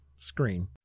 Screen